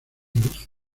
luz